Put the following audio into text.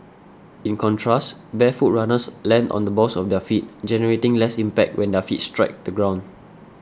in contrast barefoot runners land on the balls of their feet generating less impact when their feet strike the ground